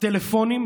טלפונים,